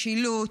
"משילות".